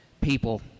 people